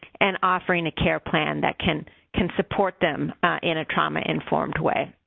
and offering a care plan that can can support them in a trauma-informed way.